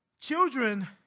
Children